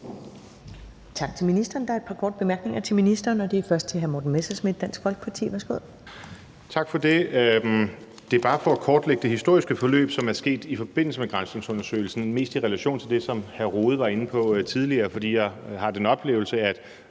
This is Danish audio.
Tak til ministeren. Der er et par korte bemærkninger til ministeren, og det er først fra hr. Morten Messerschmidt, Dansk Folkeparti. Værsgo. Kl. 12:13 Morten Messerschmidt (DF): Tak for det. Det her er bare for at kortlægge det historiske forløb, altså det, som er sket i forbindelse med granskningsundersøgelsen – mest i relation til det, som hr. Jens Rohde var inde på tidligere. For jeg har den oplevelse, at